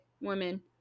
women